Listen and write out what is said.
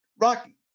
Rocky